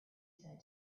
said